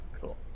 cool